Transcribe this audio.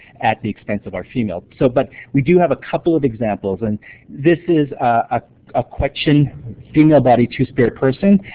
at the expense of our female. so but we do have a couple of examples. and this is ah a quechan female-bodied two-spirit person